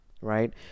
right